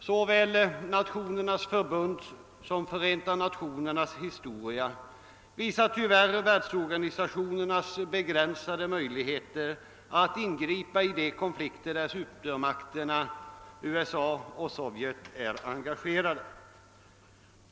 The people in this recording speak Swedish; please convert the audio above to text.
Såväl Nationernas förbunds som Förenta nationernas historia visar tyvärr världsorganisationernas begränsade möjligheter att framgångsrikt ingripa i de konflikter där supermakterna USA och Sovjet är engagerade.